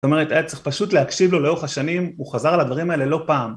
זאת אומרת, היה צריך פשוט להקשיב לו לאורך השנים, הוא חזר על הדברים האלה לא פעם.